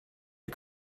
you